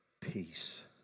peace